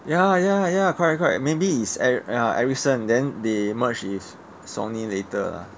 ya ya ya correct correct maybe is er~ ya ericsson then they merge is sony later lah